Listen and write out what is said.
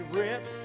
rip